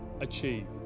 achieve